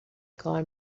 کار